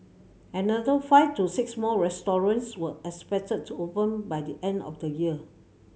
another five to six more restaurants were expected to open by the end of the year